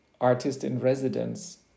artist-in-residence